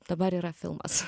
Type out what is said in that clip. dabar yra filmas